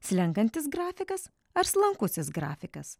slenkantis grafikas ar slankusis grafikas